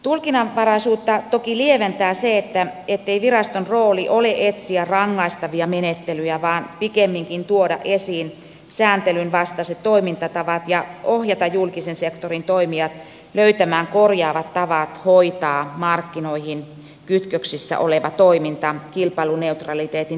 tulkinnanvaraisuutta toki lieventää se ettei viraston rooli ole etsiä rangaistavia menettelyjä vaan pikemminkin tuoda esiin sääntelyn vastaiset toimintatavat ja ohjata julkisen sektorin toimijat löytämään korjaavat tavat hoitaa markkinoihin kytköksissä oleva toiminta kilpailuneutraliteetin turvaavalla tavalla